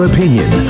opinion